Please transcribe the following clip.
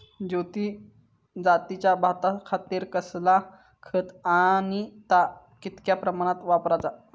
ज्योती जातीच्या भाताखातीर कसला खत आणि ता कितक्या प्रमाणात वापराचा?